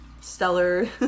stellar